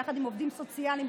ביחד עם עובדים סוציאליים,